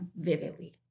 vividly